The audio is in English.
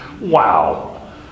wow